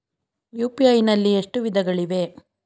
UPI ನಲ್ಲಿ ಎಷ್ಟು ವಿಧಗಳಿವೆ?